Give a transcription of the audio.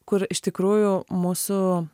kur iš tikrųjų mūsų